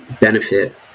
benefit